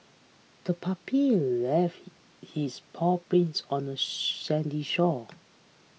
the puppy left his paw prints on the sandy shore